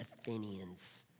Athenians